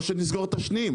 או שנסגור את השניים,